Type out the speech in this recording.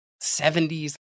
70s